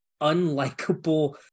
unlikable